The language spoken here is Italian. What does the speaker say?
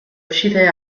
uscite